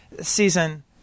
season